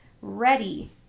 ready